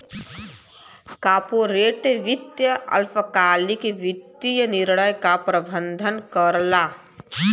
corporate वित्त अल्पकालिक वित्तीय निर्णय क प्रबंधन करला